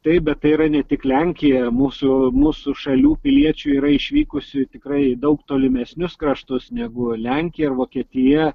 taip bet tai yra ne tik lenkija mūsų mūsų šalių piliečių yra išvykusių į tikrai į daug tolimesnius kraštus negu lenkija ir vokietija